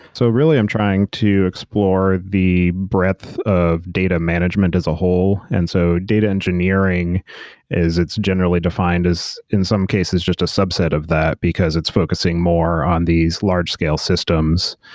so really i'm trying to explore the breadth of data management as a whole. and so data engineering is it's generally defined as in some cases just a subset of that, because it's focusing more on these large-scale systems.